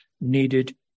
needed